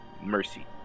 Mercy